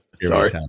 Sorry